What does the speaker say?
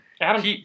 Adam